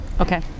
Okay